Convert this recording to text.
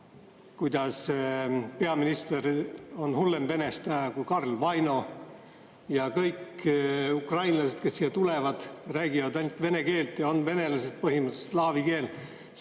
kuidas peaminister on hullem venestaja kui Karl Vaino ja et kõik ukrainlased, kes siia tulevad, räägivad ainult vene keelt ja on venelased, põhimõtteliselt slaavi keel,